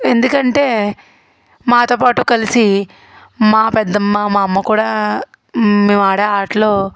ఎందుకంటే మాతో పాటు కలిసి మా పెద్దమ్మ మా అమ్మ కూడా మేము ఆడే ఆటలో